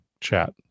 chat